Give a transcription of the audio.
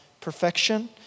perfection